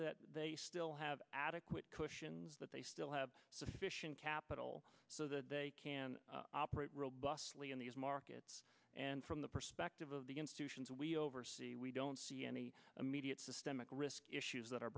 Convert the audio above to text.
that they still have adequate cushions that they still have sufficient capital so that they can operate robustly in these markets and from the perspective of the institutions we oversee we don't see any immediate systemic risk issues that are